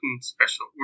special